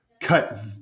cut